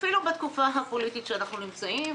אפילו בתקופה הפוליטית שבה אנו נמצאים,